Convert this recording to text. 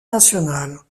nationale